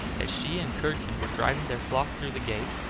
as she and curdken were driving their flock through the gate,